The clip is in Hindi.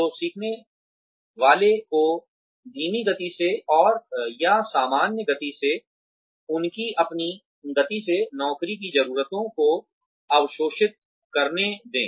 तो सीखने वाले को धीमी गति से और या सामान्य गति से उसकी अपनी गति से नौकरी की ज़रूरतों को अवशोषित करने दें